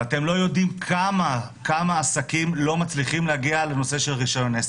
אתם לא יודעים כמה עסקים לא מצליחים להגיע לנושא של רישיון עסק,